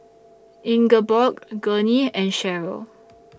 Ingeborg Gurney and Cheryll